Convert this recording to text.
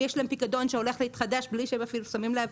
יש להם פיקדון שהולך להתחדש בלי שהם אפילו שמים לב,